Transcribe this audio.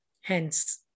hence